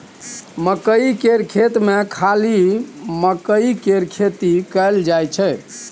मकई केर खेत मे खाली मकईए केर खेती कएल जाई छै